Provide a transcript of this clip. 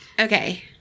Okay